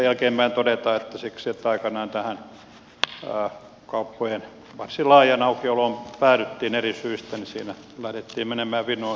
voi oikeastaan jälkeenpäin todeta että kun aikanaan tähän kauppojen varsin laajaan aukioloon päädyttiin eri syistä siinä lähdettiin menemään vinoon